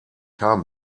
haben